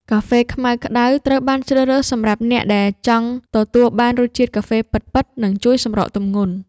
កាហ្វេខ្មៅក្ដៅ ត្រូវបានជ្រើសរើសសម្រាប់អ្នកដែលចង់ទទួលបានរសជាតិកាហ្វេពិតៗ និងជួយសម្រកទម្ងន់។